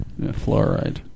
fluoride